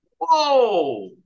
Whoa